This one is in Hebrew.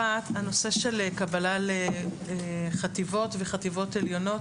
אחת, הנושא של קבלה לחטיבות וחטיבות עליונות.